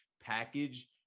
package